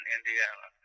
Indiana